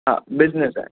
हा बिज़निस आहे